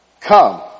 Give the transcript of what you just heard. Come